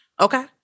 Okay